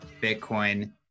bitcoin